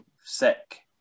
sick